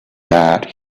not